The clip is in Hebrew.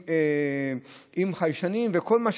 עם חיישנים, וכל מיני